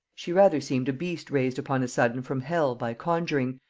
she rather seemed a beast raised upon a sudden from hell by conjuring,